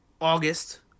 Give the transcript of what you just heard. August